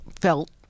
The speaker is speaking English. felt